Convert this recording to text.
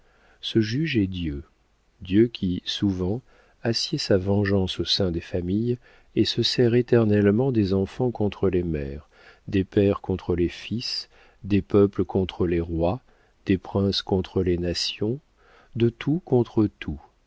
ce juge est dieu dieu qui souvent assied sa vengeance au sein des familles et se sert éternellement des enfants contre les mères des pères contre les fils des peuples contre les rois des princes contre les nations de tout contre tout